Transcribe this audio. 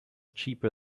cheaper